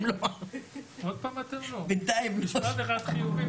יש משהו על איך המערכות מתייחסות לאלימות?